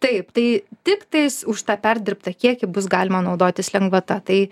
taip tai tiktais už tą perdirbtą kiekį bus galima naudotis lengvata tai